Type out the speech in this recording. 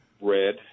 red